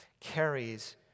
carries